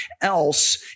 else